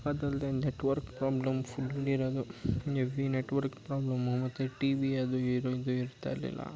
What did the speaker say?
ಅದಲ್ಲದೆ network problem full ಇರೋದು ಎವಿ ನೆಟ್ವರ್ಕ್ ಪ್ರಾಬ್ಲಮು ಮತ್ತು ಟಿವಿ ಅದು ಇರ್ತಾ ಇರಲಿಲ್ಲ